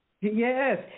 Yes